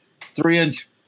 three-inch